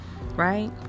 right